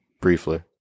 briefly